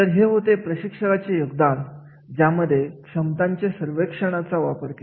तर हे होते प्रशिक्षकाचे योगदान ज्यामध्ये क्षमतांच्या सर्वेक्षणाचा वापर केला